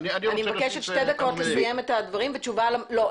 אני מבקשת לסיים את הדברים בשתי דקות -- אני רוצה לומר -- לא,